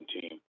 team